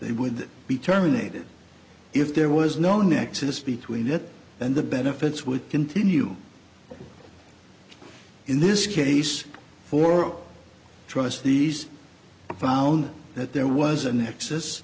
they would be terminated if there was no nexus between that and the benefits would continue in this case for trustees found that there was a nex